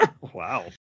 Wow